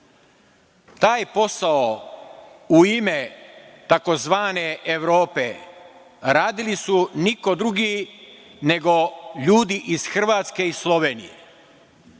posao u ime tzv. Evrope radili su niko drugi nego ljudi iz Hrvatske i Slovenije.